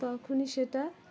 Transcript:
তখনি সেটা